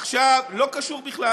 לא קשור בכלל.